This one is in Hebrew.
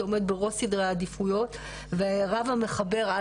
זה עומד בראש סדרי העדיפויות ורב המחבר על